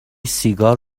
سیگار